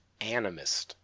animist